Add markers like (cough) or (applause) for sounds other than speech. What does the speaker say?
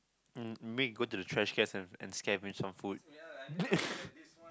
mm you mean you go the trash can and scavage for food (laughs)